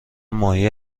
ماهی